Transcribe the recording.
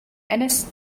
ennis